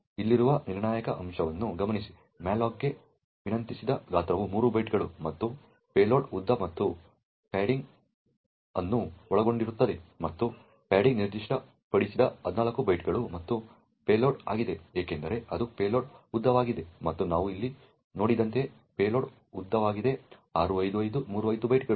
ಇಲ್ಲಿರುವ ನಿರ್ಣಾಯಕ ಅಂಶವನ್ನು ಗಮನಿಸಿ malloc ಗೆ ವಿನಂತಿಸಿದ ಗಾತ್ರವು 3 ಬೈಟ್ಗಳು ಮತ್ತು ಪೇಲೋಡ್ ಉದ್ದ ಮತ್ತು ಪ್ಯಾಡಿಂಗ್ ಅನ್ನು ಒಳಗೊಂಡಿರುತ್ತದೆ ಮತ್ತು ಪ್ಯಾಡಿಂಗ್ ನಿರ್ದಿಷ್ಟಪಡಿಸಿದ 16 ಬೈಟ್ಗಳು ಮತ್ತು ಪೇಲೋಡ್ ಆಗಿದೆ ಏಕೆಂದರೆ ಇದು ಪೇಲೋಡ್ ಉದ್ದವಾಗಿದೆ ಮತ್ತು ನಾವು ಇಲ್ಲಿ ನೋಡಿದಂತೆ ಪೇಲೋಡ್ ಉದ್ದವಾಗಿದೆ 65535 ಬೈಟ್ಗಳು